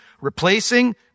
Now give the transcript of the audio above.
replacing